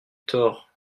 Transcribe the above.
tort